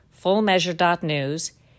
fullmeasure.news